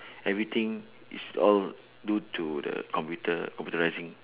everything is all due to the computer computerising